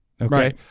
Right